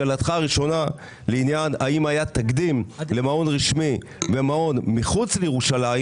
לשאלתך הראשונה לעניין האם היה תקדים למעון רשמי ולמעון מחוץ לירושלים,